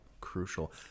crucial